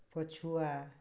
ପଛୁଆ